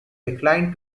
declined